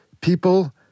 people